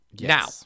Now